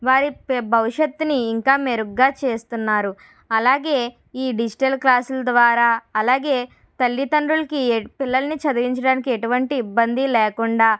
వారి భవిష్యత్తుని ఇంకా మెరుగ్గా చేస్తున్నారు అలాగే ఈ డిజిటల్ క్లాసులు ద్వారా అలాగే తల్లిదండ్రులకి పిల్లలని చదివించడానికి ఎటువంటి ఇబ్బంది లేకుండా